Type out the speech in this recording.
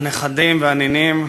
הנכדים והנינים,